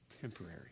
temporary